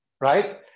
right